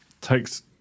takes